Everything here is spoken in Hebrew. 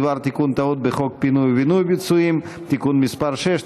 בדבר תיקון טעות בחוק פינוי ובינוי (פיצויים) (תיקון מס' 6),